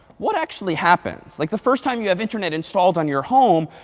what actually happens? like the first time you have internet installed on your home,